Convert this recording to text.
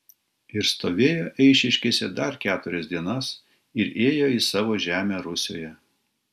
ir stovėjo eišiškėse dar keturias dienas ir ėjo į savo žemę rusioje